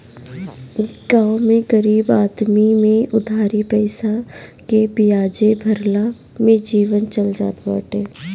गांव में गरीब आदमी में उधारी पईसा के बियाजे भरला में जीवन चल जात बाटे